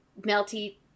melty